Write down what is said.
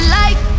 life